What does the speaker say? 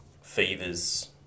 fevers